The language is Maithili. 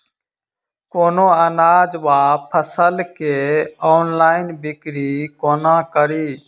कोनों अनाज वा फसल केँ ऑनलाइन बिक्री कोना कड़ी?